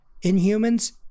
inhumans